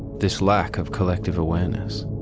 this lack of collective awareness?